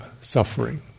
suffering